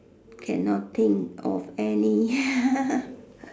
cannot think of any